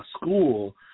school